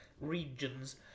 regions